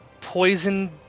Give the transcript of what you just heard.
poison